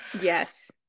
Yes